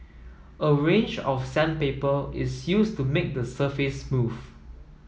a range of sandpaper is used to make the surface smooth